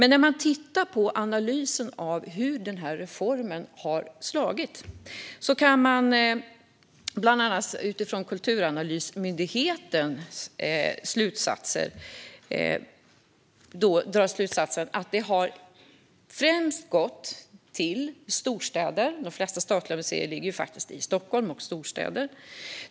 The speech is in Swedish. När man tittar på analysen av hur reformen har slagit kan man dock, bland annat i slutsatserna från Myndigheten för kulturanalys, se att detta främst har gynnat storstäder. De flesta statliga museer ligger faktiskt i Stockholm och andra storstäder.